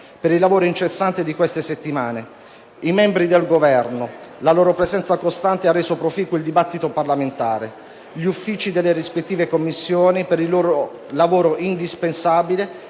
per il lavoro incessante di queste settimane, i membri del Governo la cui presenza costante ha reso proficuo il dibattito parlamentare, gli uffici delle rispettive Commissioni per il loro lavoro indispensabile